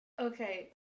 Okay